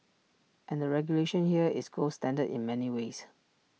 and the regulation here is gold standard in many ways